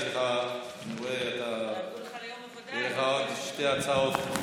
יש לך עוד שתי הצעות.